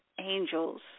Angels